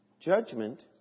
Judgment